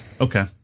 Okay